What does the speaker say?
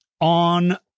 on